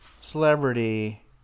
Celebrity